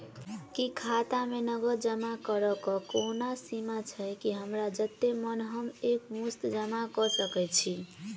की खाता मे नगद जमा करऽ कऽ कोनो सीमा छई, की हमरा जत्ते मन हम एक मुस्त जमा कऽ सकय छी?